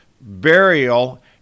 burial